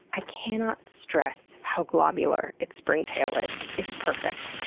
i cannot stress how globular its spring tail is. it's perfect.